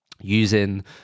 using